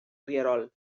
rierol